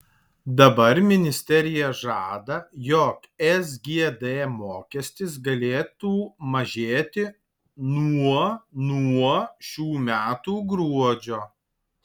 dabar ministerija žada jog sgd mokestis galėtų mažėti nuo nuo šių metų gruodžio